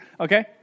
Okay